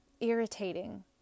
irritating